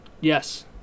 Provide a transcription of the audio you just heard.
Yes